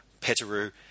Petteru